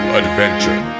adventure